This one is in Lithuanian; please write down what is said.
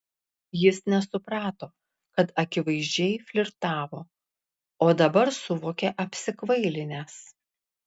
jis nesuprato kad akivaizdžiai flirtavo o dabar suvokė apsikvailinęs